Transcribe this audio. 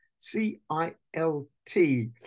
C-I-L-T